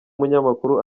umunyamakuru